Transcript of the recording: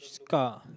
car